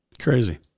Crazy